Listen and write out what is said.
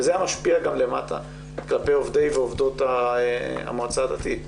וזה היה משפיע גם למטה כלפי עובדי ועובדות המועצה הדתית.